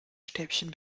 stäbchen